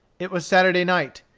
it was saturday night.